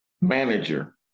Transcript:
manager